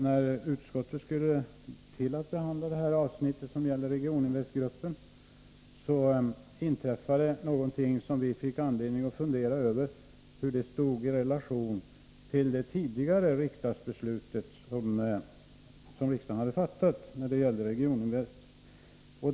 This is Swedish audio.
När utskottet skulle till att behandla avsnittet som gäller Regioninvestgruppen inträffade nämligen någonting som vi fick anledning att fundera över hur det stod i relation till det beslut som riksdagen tidigare hade fattat när det gällde Regioninvest.